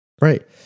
Right